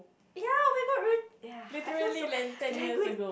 ya oh my god re~ ya I feel so like when